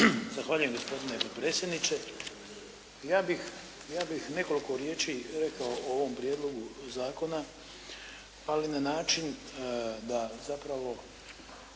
Zahvaljujem gospodine predsjedniče. Ja bih nekoliko riječi rekao o ovom prijedlogu zakona ali na način da zapravo